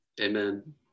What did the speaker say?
amen